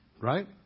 right